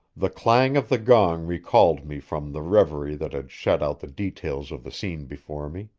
the clang of the gong recalled me from the reverie that had shut out the details of the scene before me.